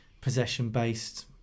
possession-based